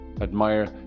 Admire